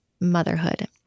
motherhood